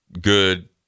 good—